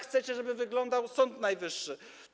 Chcecie, żeby tak wyglądał Sąd Najwyższy.